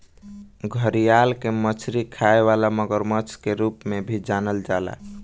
घड़ियाल के मछरी खाए वाला मगरमच्छ के रूप में भी जानल जाला